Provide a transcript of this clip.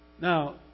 now